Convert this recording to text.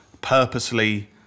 purposely